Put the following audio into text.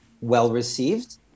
well-received